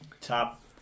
top